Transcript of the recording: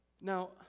Now